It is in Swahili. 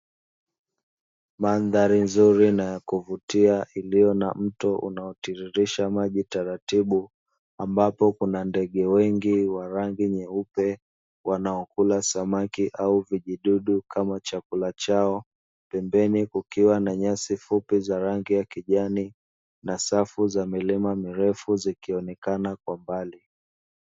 Mandhari nzuri na ya kuvutia iliyo na mto unaotiririsha maji taratibu ambapo kuna ndege wengi wa rangi nyeupe wanaokula samaki ama vijidudu kama chakula chao pembeni kukiwa na nyasi fupi za rangi ya kijani na safu za milima mirefu zikionekana kwa mbali.